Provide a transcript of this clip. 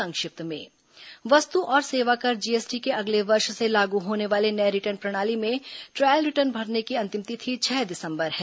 संक्षिप्त समाचार वस्तु और सेवा कर जीएसटी के अगले वर्ष से लागू होने वाले नए रिटर्न प्रणाली में ट्रायल रिटर्न भरने की अंतिम तिथि छह दिसंबर है